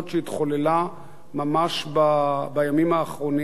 שהתחוללה ממש בימים האחרונים,